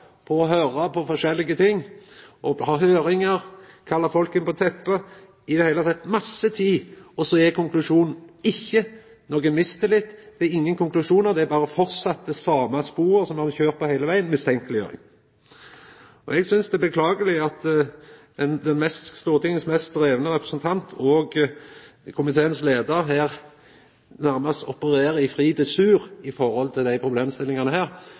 på å høyra på forskjellige ting, ha høyringar, kalla folk inn på teppet – i det heile bruka masse tid, og så er konklusjonen: ikkje nokon mistillit. Det er ingen konklusjonar. Det er berre å fortsetja i det same sporet som ein har kjørt på heile vegen: mistenkeleggjering. Eg synest det er beklageleg at Stortingets mest drivne representant og komiteens leiar her nærmast opererer i fri dressur når det gjeld desse problemstillingane,